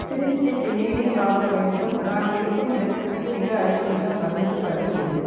syringe with needle வாங்க வேண்டும் நான் இருக்கும் இடத்துக்கு மிக அருகிலுள்ள மருத்துக் கடை எது